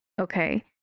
Okay